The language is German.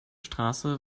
straße